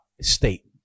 state